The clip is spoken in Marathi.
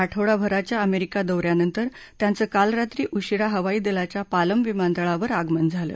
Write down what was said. आठवडाभराच्या अमेरिका दौऱ्यानंतर त्यांचं काल रात्री उशीरा हवाई दलाच्या पालम विमानतळावर आगमन झालं